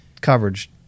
coverage